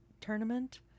tournament